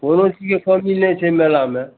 कोनो चीज सब मिल जाइ छै मेलामे